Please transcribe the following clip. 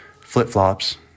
flip-flops